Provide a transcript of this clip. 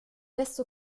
desto